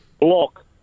block